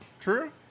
True